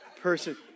person